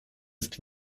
ist